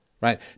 right